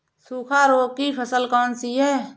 सूखा रोग की फसल कौन सी है?